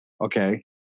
okay